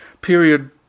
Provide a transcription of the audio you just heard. period